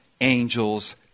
angels